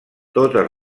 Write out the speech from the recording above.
totes